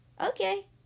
Okay